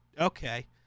Okay